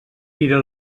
tira